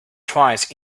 twice